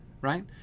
right